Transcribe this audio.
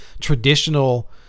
traditional